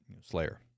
slayer